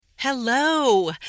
Hello